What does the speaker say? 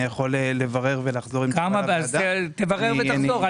אברר ואחזור.